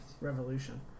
revolution